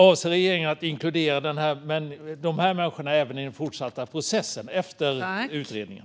Avser regeringen att inkludera även de här människorna i den fortsatta processen, efter utredningen?